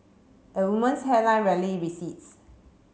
a woman's hairline rarely recedes